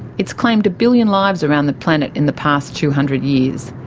it's claimed a billion lives around the planet in the past two hundred years,